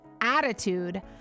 attitude